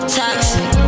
toxic